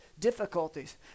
difficulties